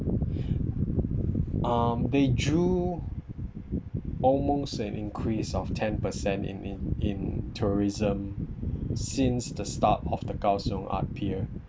um they drew almost an increase of ten percent in in in tourism since the start of the kaohsiung art pier